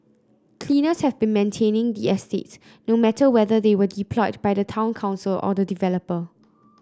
cleaners have been maintaining the estate no matter whether they were deployed by the town council or the developer